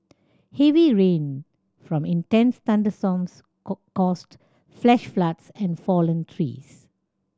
heavy rain from intense thunderstorms caused flash floods and fallen trees